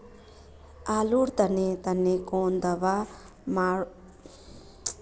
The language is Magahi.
आलूर तने तने कौन दावा मारूम गालुवा लगली?